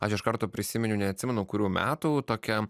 aš iš karto prisiminiau neatsimenu kurių metų tokia